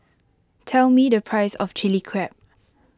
tell me the price of Chilli Crab